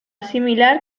similar